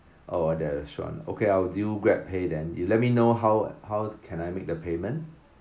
oh at the restaurant okay I'll use GrabPay then you let me know how how can I make the payment